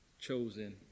chosen